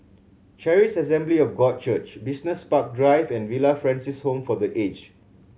Charis Assembly of God Church Business Park Drive and Villa Francis Home for The Aged